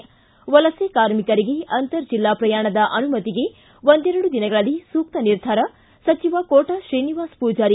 ಿ ವಲಸೆ ಕಾರ್ಮಿಕರಿಗೆ ಅಂತರ್ ಜಿಲ್ಲಾ ಪ್ರಯಾಣದ ಅನುಮತಿಗೆ ಒಂದೆರಡು ದಿನಗಳಲ್ಲಿ ಸೂಕ್ತ ನಿರ್ಧಾರ ಸಚಿವ ಕೋಟ ಶ್ರೀನಿವಾಸ ಪೂಜಾರಿ